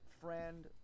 friend